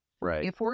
Right